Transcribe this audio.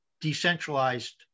decentralized